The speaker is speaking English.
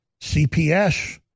CPS